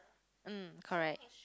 mm correct